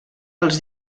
els